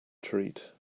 treat